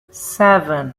seven